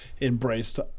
embraced